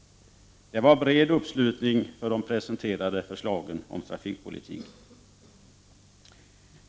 Det var bred uppslutning för de presenterade förslagen om trafikpolitiken.